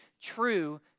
true